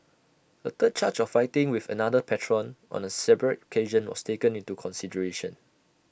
A third charge of fighting with another patron on A separate occasion was taken into consideration